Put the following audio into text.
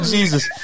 Jesus